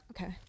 Okay